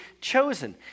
chosen